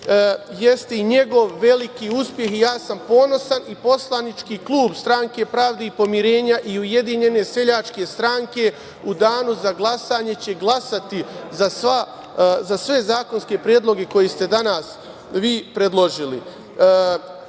jeste i njegov veliki uspeh. Ja sam ponosan. Poslanički klub Stanke pravde i pomirenja i Ujedinjene seljačke stranke u danu za glasanje će glasati za sve zakonske predloge koje ste danas vi predložili. Što